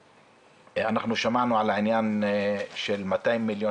אנחנו שמענו על העניין של 200 מיליון